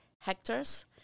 hectares